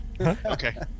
Okay